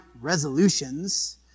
resolutions